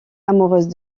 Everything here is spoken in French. amoureuse